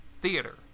theater